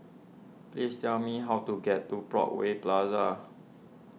please tell me how to get to Broadway Plaza